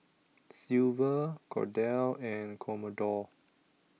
Silver Cordell and Commodore